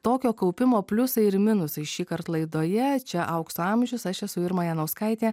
tokio kaupimo pliusai ir minusai šįkart laidoje čia aukso amžius aš esu irma janauskaitė